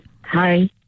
Hi